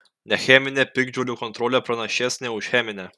necheminė piktžolių kontrolė pranašesnė už cheminę